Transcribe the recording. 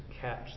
catch